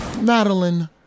Madeline